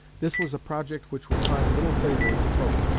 this was a project which would find little favour with coke,